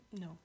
No